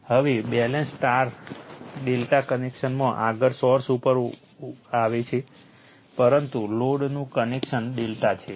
હવે balance star ∆ કનેક્શનમાં આગળ સોર્સ સ્ટાર ઉપર આવશે પરંતુ લોડનું કનેક્શન ∆ છે